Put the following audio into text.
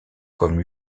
comme